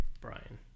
Brian